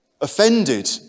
offended